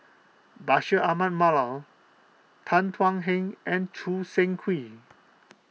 Bashir Ahmad Mallal Tan Thuan Heng and Choo Seng Quee